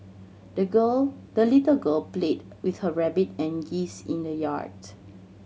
the girl the little girl played with her rabbit and geese in the yard